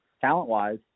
Talent-wise